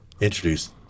Introduce